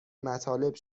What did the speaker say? مطالب